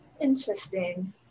Interesting